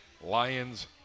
Lions